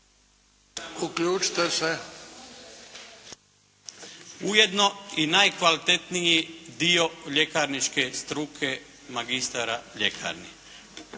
Uključite se!/… …ujedno i najkvalitetniji dio ljekarničke struke magistara ljekarni.